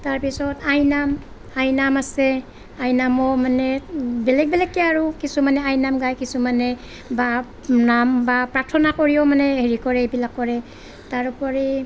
তাৰপিছত আই নাম আই নাম আছে আই নামত মানে বেলেগ বেলেগকে আৰু কিছু মানে আই নাম গাই কিছুমানে বা নাম বা প্ৰাৰ্থনা কৰিও মানে হেৰি কৰে এইবিলাক কৰে তাৰোপৰি